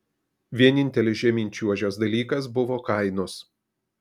vienintelis žemyn čiuožęs dalykas buvo kainos